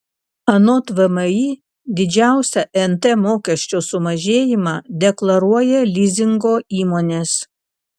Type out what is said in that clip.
anot vmi didžiausią nt mokesčio sumažėjimą deklaruoja lizingo įmonės